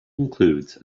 includes